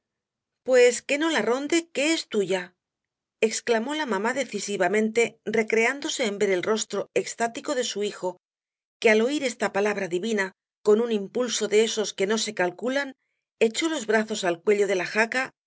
pues que no la ronde que es tuya exclamó la mamá decisivamente recreándose en ver el rostro extático de su hijo que al oir esta palabra divina con un impulso de esos que no se calculan echó los brazos al cuello de la jaca